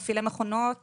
מפעילי מכונות